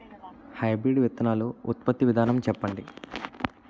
Hybrid విత్తనాలు ఉత్పత్తి విధానం చెప్పండి?